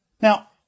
Now